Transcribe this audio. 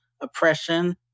oppression